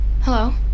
Hello